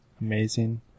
Amazing